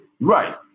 Right